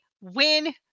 win